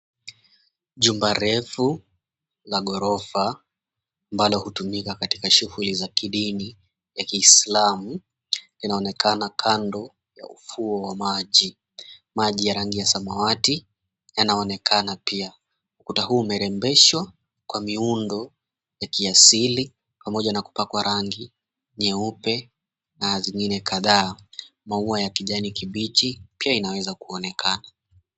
Jumba refu la ghorofa, ambalo hutumika katika shughuli za kidini ya kiislamu. Inaonekana kando ya ufuo wa maji. Maji rangi ya samawati yanaonekana pia, ukuta huu umerembeshwa kwa miundo ya kiasili, pamoja na kupakwa rangi nyeupe na zingine kadhaa. Maua ya kijani kibichi pia inaweza kuonekana.